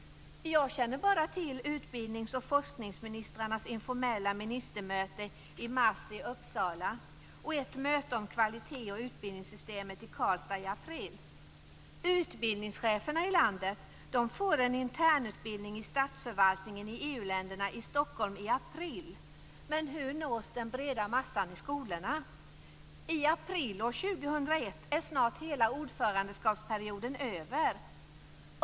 Jag känner bara till utbildnings och forskningsministrarnas informella ministermöte i mars i Uppsala och ett möte om kvalitet i utbildningssystemet i Karlstad i april. Utbildningscheferna i landet får en internutbildning i statsförvaltningen i EU-länderna i Stockholm i april, men hur nås den breda massan i skolorna? I april år 2001 är snart hela ordförandeskapsperioden över.